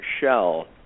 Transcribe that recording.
shell